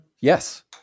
Yes